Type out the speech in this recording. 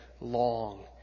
long